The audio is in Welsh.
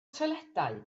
toiledau